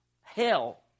hell